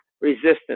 resistance